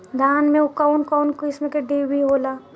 धान में कउन कउन किस्म के डिभी होला?